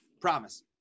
promise